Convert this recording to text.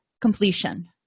completion